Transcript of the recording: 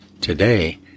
today